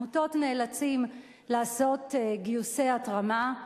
נאלצות לעשות גיוסי התרמה.